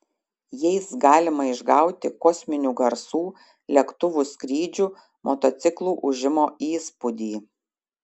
jais galima išgauti kosminių garsų lėktuvų skrydžių motociklų ūžimo įspūdį